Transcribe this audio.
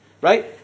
right